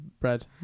bread